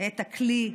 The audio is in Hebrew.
את הכלי,